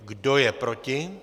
Kdo je proti?